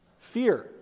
fear